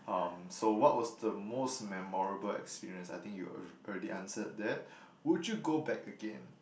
um so what was the most memorable experience I think you already answered that would you go back again